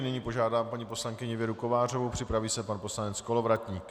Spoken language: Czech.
Nyní požádám paní poslankyni Věru Kovářovou, připraví se pan poslanec Kolovratník.